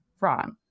wrong